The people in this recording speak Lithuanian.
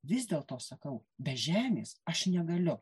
vis dėlto sakau be žemės aš negaliu